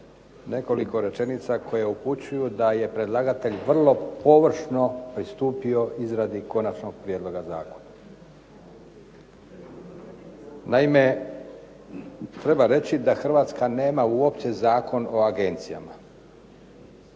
nekoliko rečenica koje upućuju da je predlagatelj vrlo površno pristupio izradi konačnog prijedloga zakona. Naime, treba reći da Hrvatska nema uopće Zakon o agencijama.